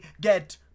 get